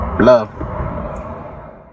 Love